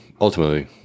ultimately